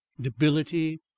debility